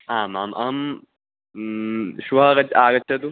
आमाम् अहं श्वः आगच्छ आगच्छतु